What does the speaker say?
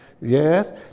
Yes